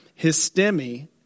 histemi